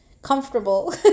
comfortable